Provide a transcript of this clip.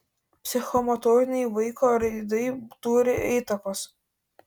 psichomotorinei vaiko raidai turi įtakos